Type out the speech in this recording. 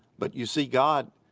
but you see god,